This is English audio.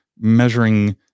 measuring